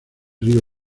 río